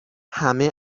همه